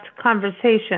conversation